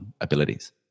abilities